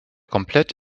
komplett